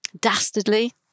dastardly